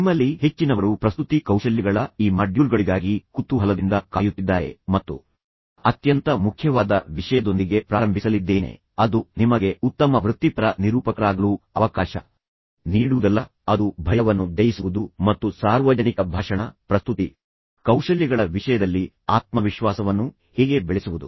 ನಿಮ್ಮಲ್ಲಿ ಹೆಚ್ಚಿನವರು ಪ್ರಸ್ತುತಿ ಕೌಶಲ್ಯಗಳ ಈ ಮಾಡ್ಯೂಲ್ಗಳಿಗಾಗಿ ಕುತೂಹಲದಿಂದ ಕಾಯುತ್ತಿದ್ದಾರೆ ಮತ್ತು ಅತ್ಯಂತ ಮುಖ್ಯವಾದ ವಿಷಯದೊಂದಿಗೆ ಪ್ರಾರಂಭಿಸಲಿದ್ದೇನೆ ಅದು ನಿಮಗೆ ಉತ್ತಮ ವೃತ್ತಿಪರ ನಿರೂಪಕರಾಗಲು ಅವಕಾಶ ನೀಡುವುದಲ್ಲ ಅದು ಭಯವನ್ನು ಜಯಿಸುವುದು ಮತ್ತು ಸಾರ್ವಜನಿಕ ಭಾಷಣ ಪ್ರಸ್ತುತಿ ಕೌಶಲ್ಯಗಳ ವಿಷಯದಲ್ಲಿ ಆತ್ಮವಿಶ್ವಾಸವನ್ನು ಹೇಗೆ ಬೆಳೆಸುವುದು